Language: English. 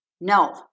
No